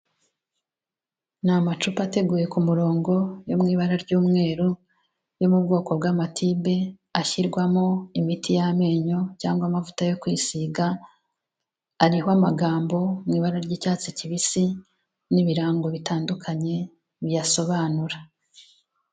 Ni amacupa ateguye ku murongo yo mu ibara ry'umweru, yo mu bwoko bw'amatibe, ashyirwamo imiti y'amenyo cyangwa amavuta yo kwisiga, ariho amagambo mu ibara ry'icyatsi kibisi n'ibirango bitandukanye biyasobanura.